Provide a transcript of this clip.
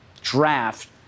draft